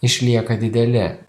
išlieka dideli